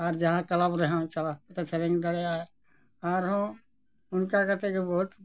ᱟᱨ ᱡᱟᱦᱟᱸ ᱠᱞᱟᱵᱽ ᱨᱮᱦᱚᱸ ᱪᱟᱞᱟᱣ ᱠᱟᱛᱮ ᱥᱮᱨᱮᱧ ᱫᱟᱲᱮᱭᱟᱜᱼᱟᱭ ᱟᱨᱦᱚᱸ ᱚᱱᱠᱟ ᱠᱟᱛᱮ ᱜᱮ ᱵᱚᱦᱩᱛ